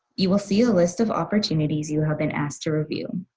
you will see a list of opportunities you have been asked to review.